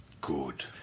good